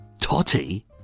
Totty